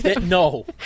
No